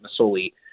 Masoli